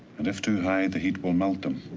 and if too high, the heat will melt them.